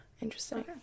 Interesting